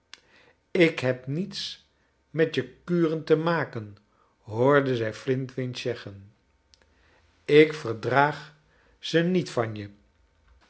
ik heb niets met je kuren te maken hoorde zij flintwinch zeggen ik verdraag ze niet van jejuffrouw